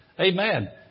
Amen